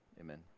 amen